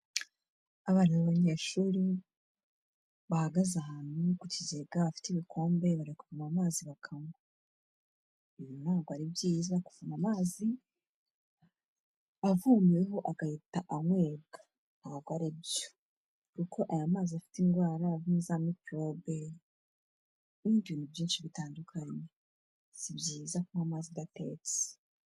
Abana b'abanyeshuri bahagaze ahantu ku kigega, bafite ibikombe, bari kuvoma amazi bakanywa. Ntabwo ari byiza kuvoma amazi avomeweho, agahita anywebwa. Ntabwo ari byo, kuko aya mazi afite indwara, arimo za mikorobe, n'ibindi bintu byinshi bitandukanye. Si byiza kunywa amazi adatetse.